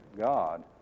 God